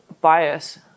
bias